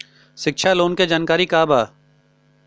शिक्षा लोन के जानकारी का बा?